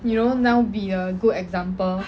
you know now be a good example